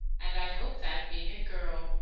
and i hope that, being a girl,